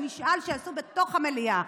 במשאל שעשו בתוך המליאה.